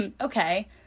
okay